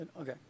Okay